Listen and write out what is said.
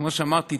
כמו שאמרתי,